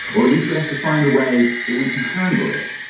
or at least we have to find a way that we can handle it.